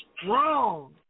strong